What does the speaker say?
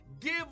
give